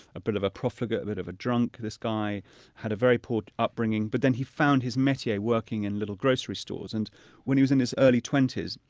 a bit of a profligate, a bit of a drunk. this guy had a very poor upbringing, but then he found his metier working in little grocery stores. and when he was in his early twenty s,